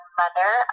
mother